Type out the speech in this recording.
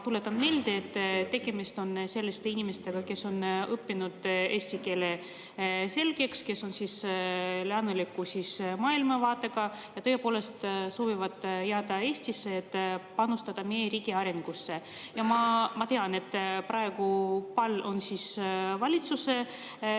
tuletan meelde, et tegemist on inimestega, kes on õppinud eesti keele selgeks, kes on lääneliku maailmavaatega ja kes tõepoolest soovivad jääda Eestisse, et panustada meie riigi arengusse. Ma tean, et praegu on pall valitsuse käes.